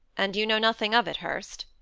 and you know nothing of it, hurst?